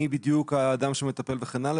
מי בדיוק האדם שמטפל וכן הלאה,